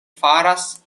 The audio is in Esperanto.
faras